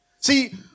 See